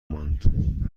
ماند